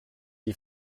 die